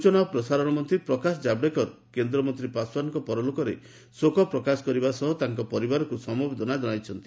ସୂଚନା ପ୍ରସାରଣ ମନ୍ତ୍ରୀ ପ୍ରକାଶ ଜାବଡେକର କେନ୍ଦ୍ରମନ୍ତ୍ରୀ ପାଶ୍ୱାନଙ୍କ ପରଲୋକରେ ଶୋକ ପ୍ରକାଶ କରିବା ସହ ତାଙ୍କ ପରିବାରକୁ ସମବେଦନା ଜଣାଇଛନ୍ତି